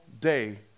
day